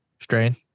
strain